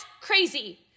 crazy